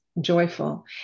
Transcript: joyful